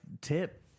tip